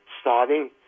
starting